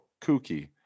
kooky